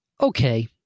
Okay